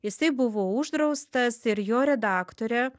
jisai buvo uždraustas ir jo redaktorė